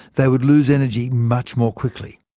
they would lose energy much more quickly.